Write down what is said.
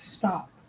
stop